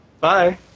Bye